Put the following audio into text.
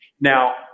now